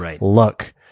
look